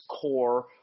core